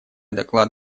доклад